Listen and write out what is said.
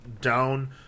down